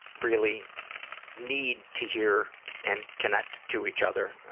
really need to hear and connect to each other